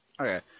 Okay